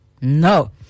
No